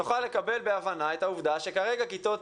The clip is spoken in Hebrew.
נוכל לקבל בהבנה את העובדה שכרגע כיתות